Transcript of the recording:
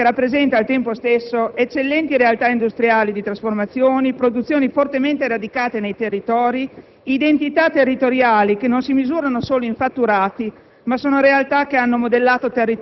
Un settore, quello dell'ortofrutta, che rappresenta al tempo stesso: eccellenti realtà industriali di trasformazione; produzioni fortemente radicate nei territori; identità territoriali che non si misurano solo in fatturati,